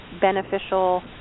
beneficial